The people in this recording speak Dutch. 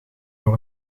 voor